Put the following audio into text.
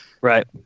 Right